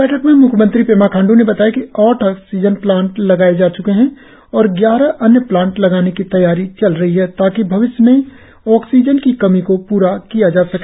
इस बैठक में म्ख्यमंत्री पेमा खांडू ने बताया कि आठ ऑक्सीजन प्लांट लगाए जा च्के है और ग्यारह अन्य प्लांट लगाने की तैयारी चल रही है ताकि भविष्य में ऑक्सीजन की जरुरत को पूरा किया जा सके